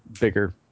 bigger